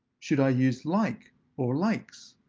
should i use like or likes?